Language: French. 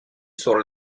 sur